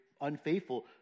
unfaithful